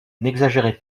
n’exagérez